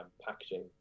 packaging